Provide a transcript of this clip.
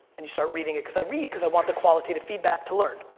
and you start reading it cause i read cause i want the qualitative feedback to learn.